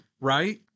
Right